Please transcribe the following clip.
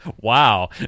Wow